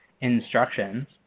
instructions